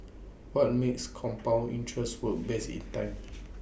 what makes compound interest work best is time